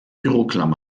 büroklammer